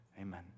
Amen